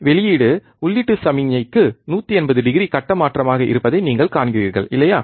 வெளியீடு உள்ளீட்டு சமிக்ஞைக்கு 180 டிகிரி கட்ட மாற்றமாக இருப்பதை நீங்கள் காண்கிறீர்கள் இல்லையா